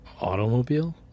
Automobile